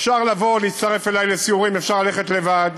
אפשר להצטרף אלי לסיורים ואפשר ללכת לבד,